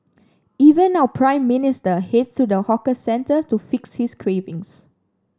even our Prime Minister heads to the hawker centre to fix his cravings